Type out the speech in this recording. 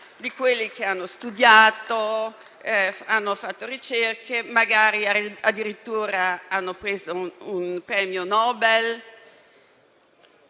di quelli che hanno studiato, hanno fatto ricerche, magari hanno addirittura vinto un premio Nobel: